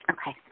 Okay